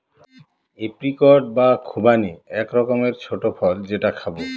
apricot বা খুবানি এক রকমের ছোট্ট ফল যেটা খাবো